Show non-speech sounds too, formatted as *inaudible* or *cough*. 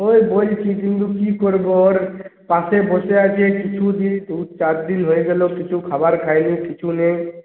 ওই বলছি কিন্তু কী করবো ওর পাশে বসে আছে *unintelligible* দু চার দিন হয়ে গেলো কিছু খাবার খায় নি কিছু নেই